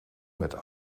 met